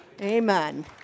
Amen